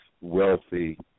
wealthy